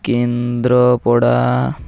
Kendrapara